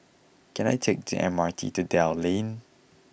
can I take the M R T to Dell Lane